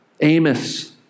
Amos